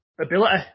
ability